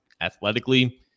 athletically